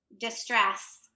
distress